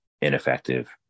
ineffective